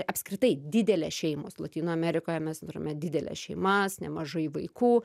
apskritai didelės šeimos lotynų amerikoje mes turime dideles šeimas nemažai vaikų